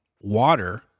water